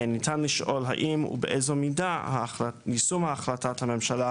ניתן לשאול האם ובאיזו מידה יישום החלטת הממשלה